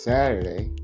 Saturday